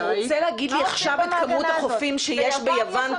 אתה רוצה להגיד לי עכשיו את כמות החופים שיש ביוון,